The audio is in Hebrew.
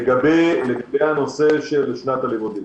לגבי הנושא של שנת הלימודים